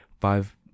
five